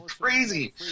crazy